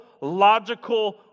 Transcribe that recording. logical